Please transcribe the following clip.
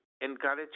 encourage